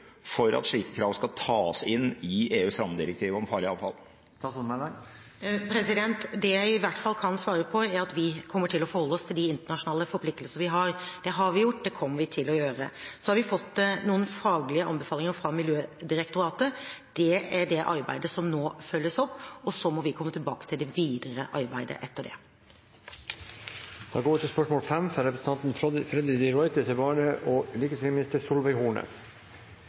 for at slike krav skal tas inn i EUs rammedirektiv om farlig avfall? Det jeg i hvert fall kan svare på, er at vi kommer til å forholde oss til de internasjonale forpliktelsene vi har. Det har vi gjort, og det kommer vi til å gjøre. Vi har fått noen faglige anbefalinger fra Miljødirektoratet. Det er det arbeidet som nå følges opp, og så må vi komme tilbake til det videre arbeidet etter